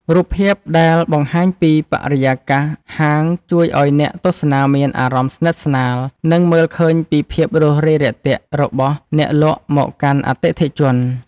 រូបភាពដែលបង្ហាញពីបរិយាកាសហាងជួយឱ្យអ្នកទស្សនាមានអារម្មណ៍ស្និទ្ធស្នាល និង មើលឃើញពីភាពរួសរាយរាក់ទាក់របស់អ្នកលក់មកកាន់អតិថិជន។